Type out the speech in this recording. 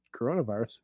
coronavirus